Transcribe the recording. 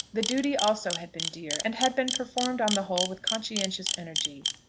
the duty also had been dear, and had been performed on the whole with conscientious energy.